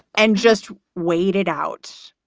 and just wait it out.